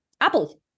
apple